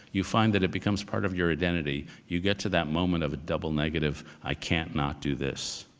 you find that it becomes part of your identity. you get to that moment of a double negative. i can't not do this.